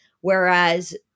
Whereas